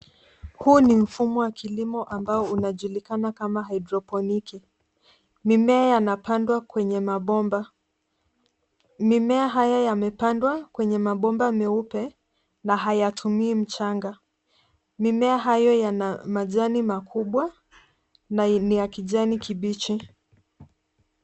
Huu ni mfumo wa kilimo ambao unajulikana kama haidroponiki. Mimea yanapandwa kwenye mabomba. Mimea haya yamepandwa kwenye mabomba meupe na hayatumii mchanga. Mimea hayo yana majani makubwa na ni ya kijani kibichi.